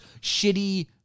shitty